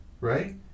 right